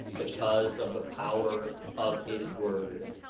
because of the power of his word.